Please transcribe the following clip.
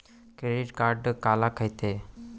Credit card काला कहिथे?